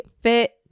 Fit